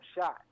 shot